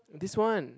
this one